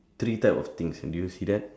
three type of things do you see that